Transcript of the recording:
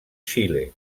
xile